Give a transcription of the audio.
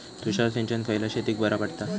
तुषार सिंचन खयल्या शेतीक बरा पडता?